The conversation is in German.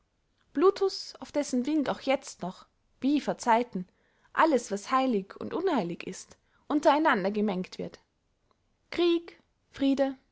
plutus auf dessen wink auch jetzt noch wie vor zeiten alles was heilig und unheilig ist unter einander gemengt wird krieg friede